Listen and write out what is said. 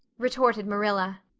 retorted marilla.